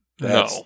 No